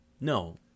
No